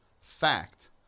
Fact